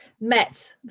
met